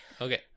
Okay